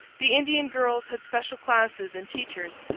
the indian girls had special classes and teachers,